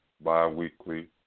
bi-weekly